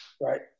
Right